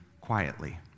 quietly